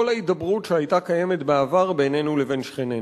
ההידברות שהיתה קיימת בעבר בינינו לבין שכנינו.